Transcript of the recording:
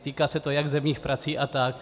Týká se to jak zemních prací a tak.